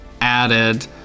added